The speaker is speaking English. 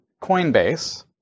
Coinbase